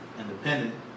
independent